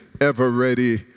ever-ready